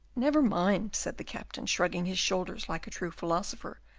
never mind, said the captain, shrugging his shoulders like a true philosopher,